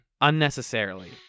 unnecessarily